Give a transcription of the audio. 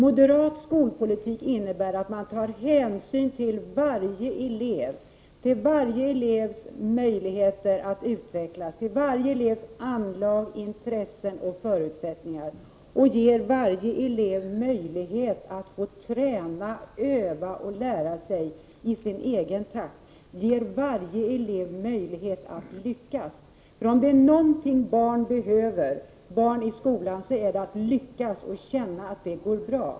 Moderat skolpolitik innebär att man tar hänsyn till varje elev, till varje elevs möjligheter att utvecklas, till varje elevs anlag, intressen och förutsättningar, och ger varje elev möjlighet att få träna, öva och lära sig saker i sin egen takt. Vi moderater vill ge varje elev möjlighet att lyckas, för om det är någonting som barn i skolan behöver så är det att lyckas och att känna att det går bra.